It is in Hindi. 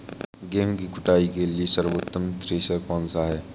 गेहूँ की कुटाई के लिए सर्वोत्तम थ्रेसर कौनसा है?